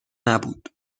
نبود